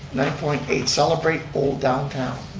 nine point eight, celebrate old downtown.